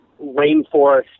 rainforest